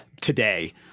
today